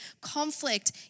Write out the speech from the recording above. conflict